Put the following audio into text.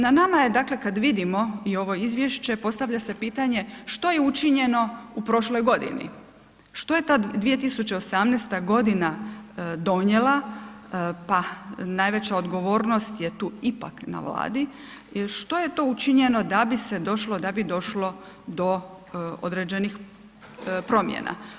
Na nama je dakle kad vidimo i ovo Izvješće, postavlja se pitanje što je učinjeno u prošloj godini, što je ta 2018. godina donijela, pa najveća odgovornost je tu ipak na Vladi, jer što je to učinjeno da bi se došlo, da bi došlo do određenih promjena?